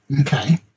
Okay